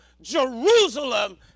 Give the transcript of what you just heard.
jerusalem